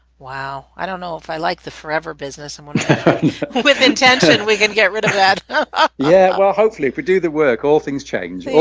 wow i don't know if i like the forever business and one time with intention we can get rid of that ah yeah well hopefully if we do the work all things change